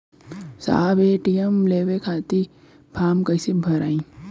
साहब ए.टी.एम लेवे खतीं फॉर्म कइसे भराई?